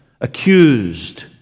accused